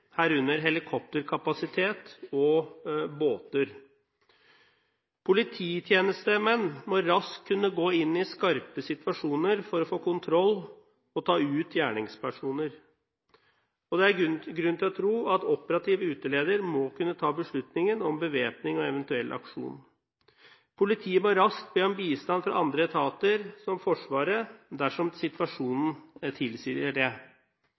herunder helikopterkapasitet og båter. Polititjenestemenn må raskt kunne gå inn i skarpe situasjoner for å få kontroll og ta ut gjerningspersoner. Det er grunn til å tro at operativ uteleder må kunne ta beslutningen om bevæpning og eventuell aksjon. Politiet må raskt be om bistand fra andre etater, som Forsvaret, dersom situasjonen tilsier det.